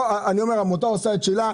העמותה עושה את שלה,